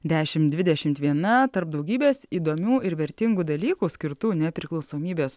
dešim dvidešimt viena tarp daugybės įdomių ir vertingų dalykų skirtų nepriklausomybės